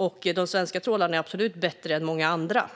Och de svenska trålarna är absolut bättre än många andra.